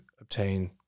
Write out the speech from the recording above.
obtain